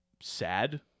sad